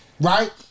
right